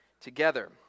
together